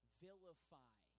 vilify